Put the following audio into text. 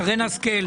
שרן השכל.